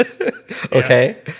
Okay